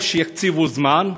או שיקציבו זמן,